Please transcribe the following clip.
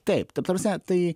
taip tai ta prasme tai